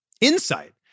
Insight